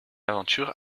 aventure